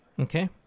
Okay